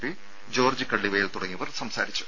P George Kallivayal തുടങ്ങിയവർ സംസാരിച്ചു